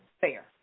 fair